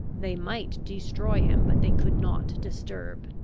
they might destroy him, but they could not disturb.